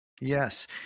Yes